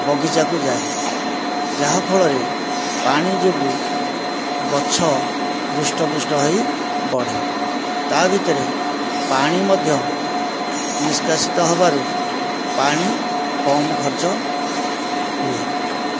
ବଗିଚାକୁ ଯାଏ ଯାହା ଫଳରେ ପାଣି ଯୋଗୁଁ ଗଛ ହୃଷ୍ଟପୁଷ୍ଟ ହୋଇ ବଢ଼େ ତା' ଭିତରେ ପାଣି ମଧ୍ୟ ନିଷ୍କାସିତ ହେବାରୁ ପାଣି କମ୍ ଖର୍ଚ୍ଚ ହୁଏ